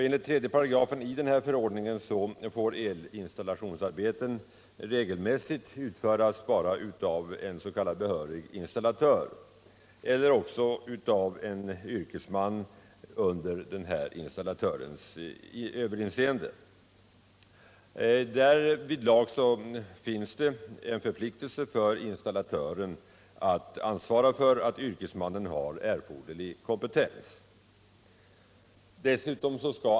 Enligt 7 § i denna förordning får elinstallationsarbeten regelmässigt utföras endast av en s.k. behörig installatör eller också av en yrkesman under denna installatörs överinseende. Därvidlag finns det en förpliktelse för installatören att ansvara för att yrkesmannen har erforderlig kompetens.